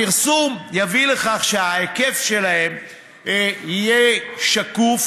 הפרסום יביא לכך שההיקף שלהם יהיה שקוף,